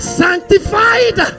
sanctified